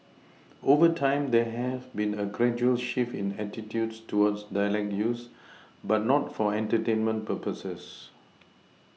over time there has been a gradual shift in attitudes towards dialect use but not for entertainment purposes